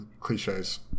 cliches